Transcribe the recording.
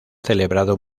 celebrado